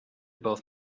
both